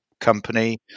company